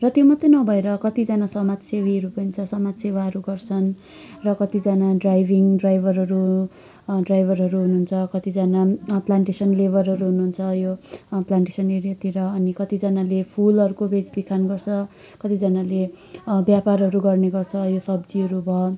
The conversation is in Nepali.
र त्यो मात्र नभएर कतिजना समाजसेवीहरू पनि छ समाजसेवाहरू गर्छन् र कतिजना ड्राइभिङ ड्राइभरहरू ड्राइभरहरू हुनुहुन्छ कतिजना प्लान्टटेसन लेभरहरू हुनुहुन्छ यो प्लान्टटेसन एरियातिर अनि कतिजनाले फुलहरूको बेचबिखन गर्छ कतिजनाले व्यापारहरू गर्ने गर्छ यो सब्जीहरू भयो